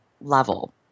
level